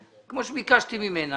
כמו שביקשתי ממנה,